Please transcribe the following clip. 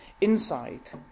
insight